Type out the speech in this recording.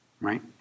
right